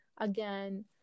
again